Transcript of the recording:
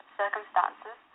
circumstances